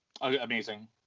Amazing